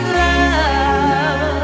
love